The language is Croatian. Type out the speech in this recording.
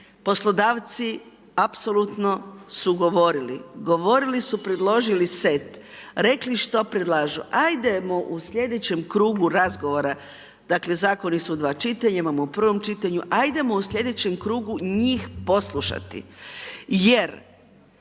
Poslodavci apsolutno su govorili, predložili set, rekli što predlažu. Ajdemo u slijedećem krugu razgovora, dakle zakoni su u dva čitanja, imamo u prvom čitanju, ajdemo u slijedećem krugu njih poslušati jer